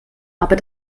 aber